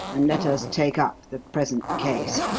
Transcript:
and let us take up the present case.